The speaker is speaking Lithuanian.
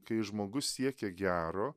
kai žmogus siekia gero